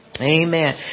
Amen